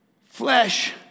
flesh